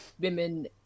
women